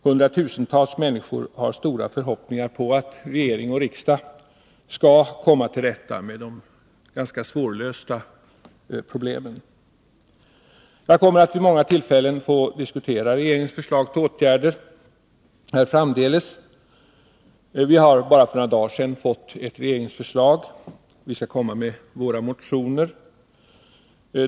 Hundratusentals människor har stora förhoppningar på att regering och riksdag skall komma till rätta med de ganska svårlösta problemen. Jag kommer att vid många tillfällen framdeles få diskutera regeringens förslag till åtgärder. Vi har för bara några dagar sedan fått ett regeringsförslag, och vi skall nu komma med våra motioner.